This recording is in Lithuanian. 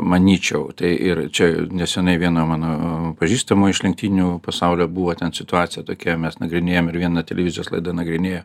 manyčiau tai ir čia neseniai vieno mano pažįstamo iš lenktynių pasaulio buvo ten situacija tokia mes nagrinėjom ir viena televizijos laida nagrinėjo